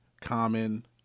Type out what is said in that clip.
Common